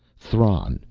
thran,